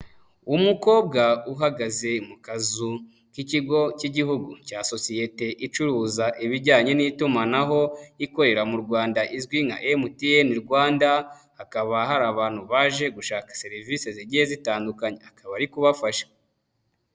Umukobwa uhagaze mu kazu k'ikigo cy'igihugu cya sosiyete icuruza ibijyanye n'itumanaho ikorera mu rwanda izwi nka MTN Rwanda, hakaba hari abantu baje gushaka serivisi zigiye zitandukanye akaba ari kubafasha.